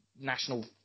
national